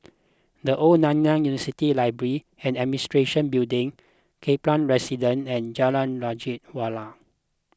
the Old Nanyang University Library and Administration Building Kaplan Residence and Jalan Raja Wali